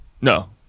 No